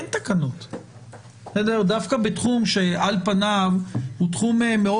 אין תקנות דווקא בתחום שעל פניו הוא תחום מאוד